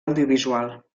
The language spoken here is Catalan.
audiovisual